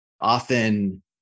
often